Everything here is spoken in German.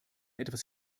etwas